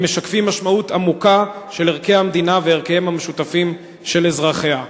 הם משקפים משמעות עמוקה של ערכי המדינה וערכיהם המשותפים של אזרחיה.